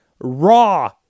raw